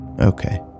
Okay